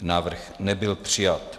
Návrh nebyl přijat.